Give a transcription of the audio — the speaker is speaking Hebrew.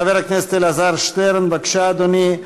חבר הכנסת אלעזר שטרן, בבקשה, אדוני.